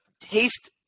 taste